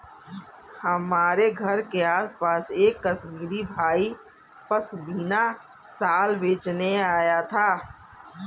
हमारे घर के पास एक कश्मीरी भाई पश्मीना शाल बेचने आया था